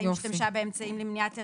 האם השתמשה באמצעים למניעת היריון,